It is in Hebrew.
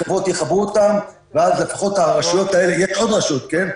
החברות יחברו אותם ואז לפחות לרשויות האלה יהיה עוד משהו.